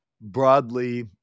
broadly